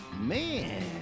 Man